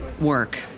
work